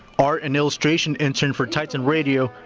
art an illustration intern for titan radio,